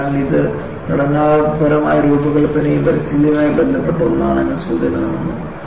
അതിനാൽ ഇത് ഘടനാപരമായ രൂപകൽപ്പനയും പരിസ്ഥിതിയുമായി ബന്ധപ്പെട്ട ഒന്നാണ് എന്ന സൂചന തന്നു